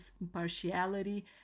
impartiality